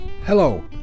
Hello